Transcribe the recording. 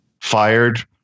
fired